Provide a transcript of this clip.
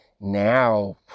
now